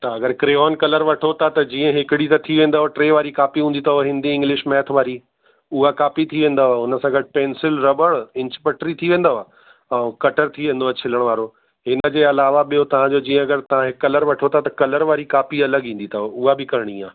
तव्हां अगरि crayon colour वठो था त जीअं हिकिड़ी त थी वेंदव टे वारी कापी हूंदी अथव हिंदी इंग्लिश मैथ वारी हूअ कापी थी वेंदव उन सां गॾु पैंसिल रबड़ इंच बटरी थी वेंदव ऐं कटर थी वेंदव छिलड़ वारो इनजे अलावा ॿियो तव्हांजो जीअं अगरि तव्हां हीअ कलर वठो था त कलर वारी कापी अलॻि ईंदी अथव हूअ बि करिणी आहे